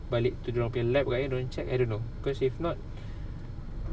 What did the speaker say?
dia orang punya lab agaknya dia orang check I don't know cause if not